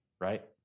right